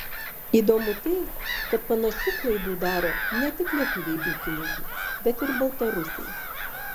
įdomu tai kad panašių klaidų daro ne tik lietuviai ūkininkai bet ir baltarusiai